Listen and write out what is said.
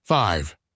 Five